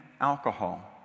alcohol